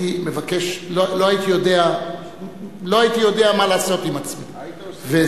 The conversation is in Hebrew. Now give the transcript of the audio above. לא הייתי יודע מה לעשות עם עצמי.